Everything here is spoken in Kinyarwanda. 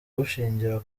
bushingira